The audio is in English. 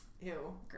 Ew